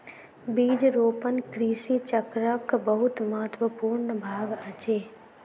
बीज रोपण कृषि चक्रक बहुत महत्वपूर्ण भाग अछि